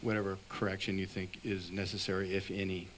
whenever correction you think is necessary if any